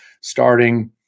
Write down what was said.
starting